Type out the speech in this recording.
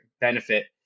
benefit